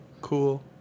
cool